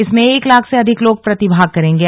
इसमें एक लाख से अधिक लोग प्रतिभाग करेंगे